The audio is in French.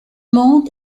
monde